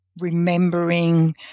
remembering